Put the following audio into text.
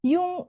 Yung